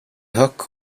hook